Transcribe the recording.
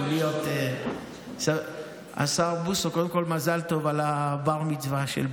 אבל להיות סטודנט באוניברסיטה זה עולה בסביבות 40,000 50,000 שקל.